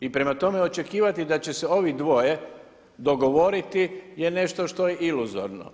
I prema tome, očekivati da će se ovi dvoje dogovoriti je nešto što je iluzorno.